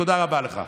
תודה רבה לך.